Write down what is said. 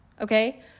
okay